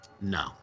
No